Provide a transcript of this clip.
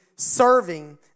serving